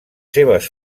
seves